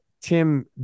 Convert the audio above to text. tim